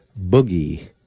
Boogie